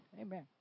Amen